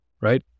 right